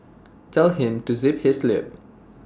tell him to zip his lip